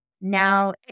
now